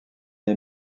les